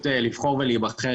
הזכות לבחור ולהיבחר,